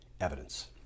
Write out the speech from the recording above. evidence